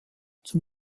zum